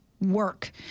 work